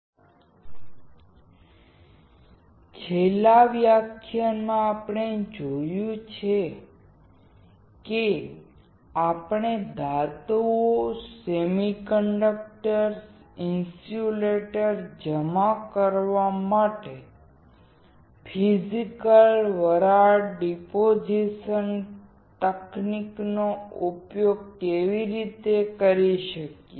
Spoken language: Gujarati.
તેથી છેલ્લા મોડ્યુલમાં આપણે જોયું છે કે આપણે ધાતુઓ સેમિકન્ડક્ટર્સ અને ઇન્સ્યુલેટર semiconductors and insulators જમા કરવા માટે ફિઝિકલ વરાળ ડિપોઝિશન તકનીકનો ઉપયોગ કેવી રીતે કરી શકીએ